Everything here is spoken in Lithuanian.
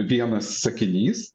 vienas sakinys